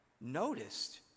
noticed